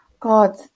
God